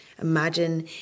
Imagine